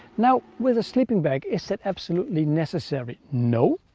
now. with a sleeping bag is that absolutely necessary? no,